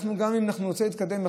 גם אם נרצה להתקדם,